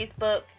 Facebook